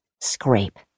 scrape